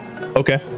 okay